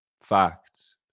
Facts